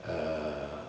err